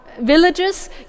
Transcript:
villages